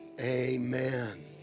amen